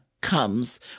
comes